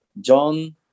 John